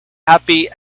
happy